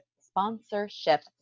sponsorship